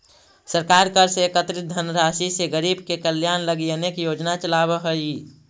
सरकार कर से एकत्रित धनराशि से गरीब के कल्याण लगी अनेक योजना चलावऽ हई